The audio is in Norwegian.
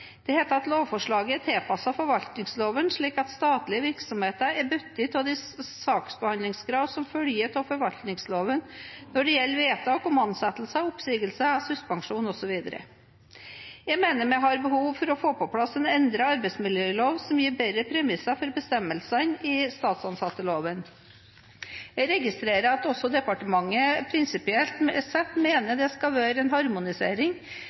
Det heter at lovforslaget er tilpasset forvaltningsloven slik at statlige virksomheter er bundet av de saksbehandlingskrav som følger av forvaltningsloven når det gjelder vedtak om ansettelser, oppsigelser, suspensjon osv. Jeg mener vi har behov for å få på plass en endret arbeidsmiljølov som gir bedre premisser for bestemmelsene i statsansatteloven. Jeg registrerer at også departementet prinsipielt sett mener det skal være en harmonisering